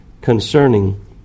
concerning